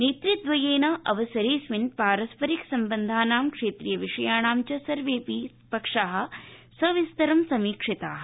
नेतु द्रयेन अवसरेऽस्मिन् पारस्परिक सम्बन्धानां क्षेत्रीय विषयाणां च सर्वेऽपि पक्षाः सविस्तरं समीक्षिताः